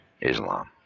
Islam